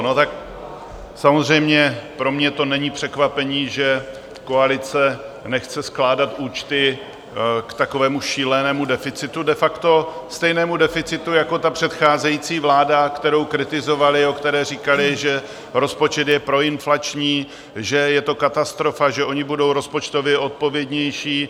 No, tak samozřejmě pro mě to není překvapení, že koalice nechce skládat účty k takovému šílenému deficitu, de facto stejnému deficitu jako předcházející vláda, kterou kritizovali, o které říkali, že rozpočet je proinflační, že je to katastrofa, že oni budou rozpočtově odpovědnější.